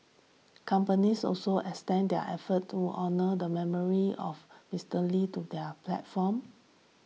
companies also extended their efforts to honour the memory of Mister Lee to their platforms